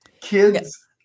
Kids